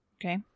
Okay